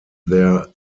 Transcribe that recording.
their